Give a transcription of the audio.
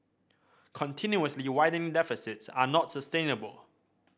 continuously widening deficits are not sustainable